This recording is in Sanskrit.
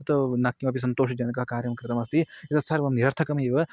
तत् न किमपि सन्तोषजनकं कार्यं कृतमस्ति एतत् सर्वं निरर्थकमेव